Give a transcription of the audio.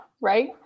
Right